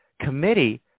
committee